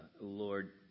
Lord